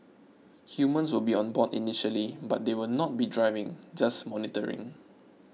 humans will be on board initially but they will not be driving just monitoring